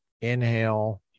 inhale